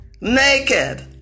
naked